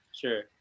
sure